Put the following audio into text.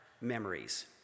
memories